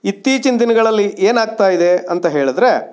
ಇತ್ತೀಚಿನ ದಿನಗಳಲ್ಲಿ ಏನಾಗ್ತಾ ಇದೆ ಅಂತ ಹೇಳಿದ್ರೆ